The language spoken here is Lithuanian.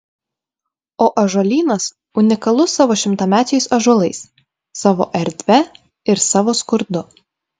o ąžuolynas unikalus savo šimtamečiais ąžuolais savo erdve ir savo skurdu